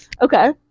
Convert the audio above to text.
Okay